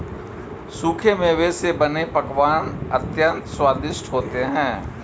सूखे मेवे से बने पकवान अत्यंत स्वादिष्ट होते हैं